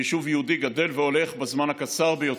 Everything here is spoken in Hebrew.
ביישוב יהודי גדל והולך בזמן הקצר ביותר.